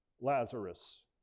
Lazarus